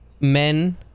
men